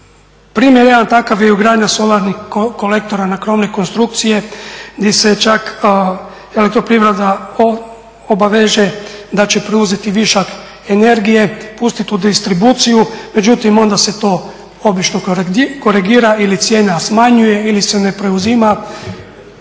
Primjer jedan takav je ugradnja solarnih kolektora na krovne konstrukcije di se čak elektroprivreda obaveže da će preuzeti višak energije, pustit u distribuciju, međutim onda se to obično korigira ili cijena smanjuje, ili se ne preuzima.